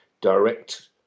direct